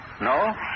No